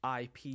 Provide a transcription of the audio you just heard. IP